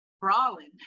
brawling